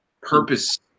purpose